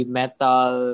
metal